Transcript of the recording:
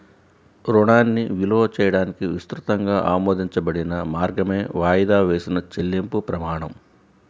రుణాన్ని విలువ చేయడానికి విస్తృతంగా ఆమోదించబడిన మార్గమే వాయిదా వేసిన చెల్లింపు ప్రమాణం